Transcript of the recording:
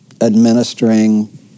administering